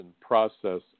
process